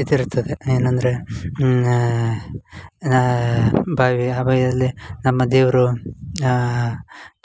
ಇದಿರುತ್ತದೆ ಏನಂದರೆ ನಾ ಬಾವಿ ಆ ಬಾವಿಯಲ್ಲಿ ನಮ್ಮ ದೇವರು